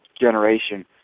generation